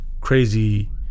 crazy